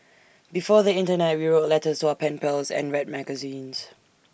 before the Internet we wrote letters to our pen pals and read magazines